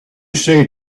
say